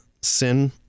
sin